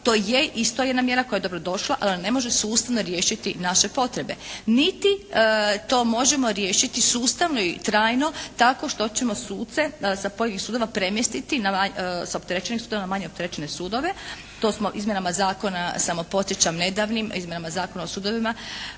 To je isto jedna mjera koja je dobro došla ali ona ne može sustavno riješiti naše potrebe, niti to možemo riješiti sustavno i trajno tako što ćemo suce sa pojedinih sudova premjestiti sa opterećenih sudova na manje opterećene sudove. To smo izmjenama zakona, samo podsjećam, nedavnim izmjenama Zakona o sudovima